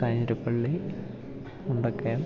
Kanjirappally Mundakayam